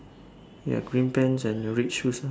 ya green pants and the red shoes lah